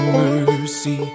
mercy